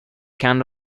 count